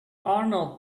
arnold